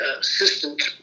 assistant